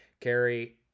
carry